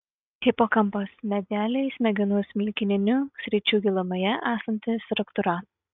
hipokampas medialiai smegenų smilkininių sričių gilumoje esanti struktūra